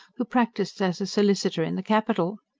who practised as a solicitor in the capital.